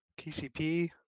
tcp